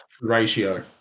Ratio